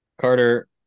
Carter